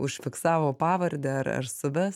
užfiksavo pavardę ar ar suves